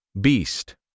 Beast